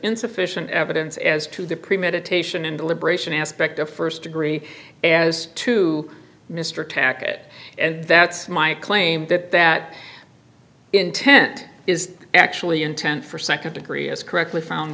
insufficient evidence as to the premeditation and deliberation aspect of st degree as to mr tackett and that's my claim that that intent is actually intent for nd degree is correctly found